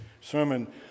sermon